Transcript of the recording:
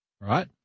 Right